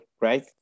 right